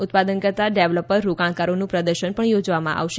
ઉત્પાદનકર્તા developer રોકાણકારોનું પ્રદર્શન પણ યોજવામાં આવશે